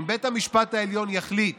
אם בית המשפט העליון יחליט